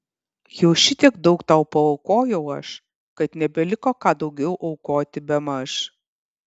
jau šitiek daug tau paaukojau aš kad nebeliko ką daugiau aukoti bemaž